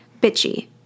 bitchy